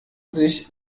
sich